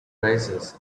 rises